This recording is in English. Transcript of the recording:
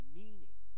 meaning